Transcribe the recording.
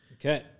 Okay